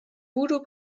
voodoo